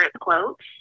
quotes